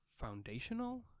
foundational